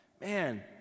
man